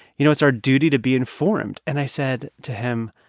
you know it's our duty to be informed. and i said to him,